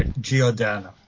Giordano